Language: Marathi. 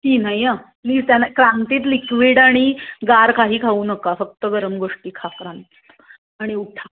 ती नाही हं प्लीज त्यांना क्रांतीत लिक्विड आणि गार काही खाऊ नका फक्त गरम गोष्टी खा क्रां आणि उठा